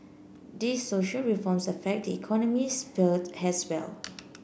these social reforms affect the economic sphere as well